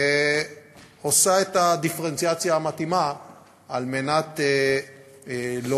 הרבה מאוד פעמים עושה את הדיפרנציאציה המתאימה על מנת להוביל